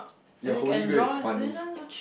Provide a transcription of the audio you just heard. your holy grail is funny